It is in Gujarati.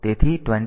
તેથી 23